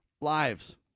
lives